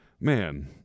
man